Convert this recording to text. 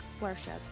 worship